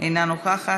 אינה נוכחת.